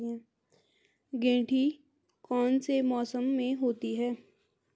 गेंठी कौन से मौसम में होती है?